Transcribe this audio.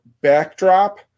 backdrop